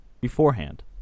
beforehand